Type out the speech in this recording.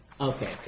Okay